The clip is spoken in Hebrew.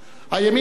הימין הזה,